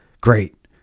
great